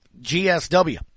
GSW